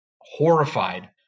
horrified